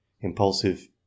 impulsive